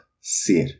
ser